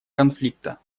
конфликта